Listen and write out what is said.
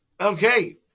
Okay